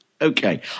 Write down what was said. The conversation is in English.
Okay